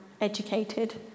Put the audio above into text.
educated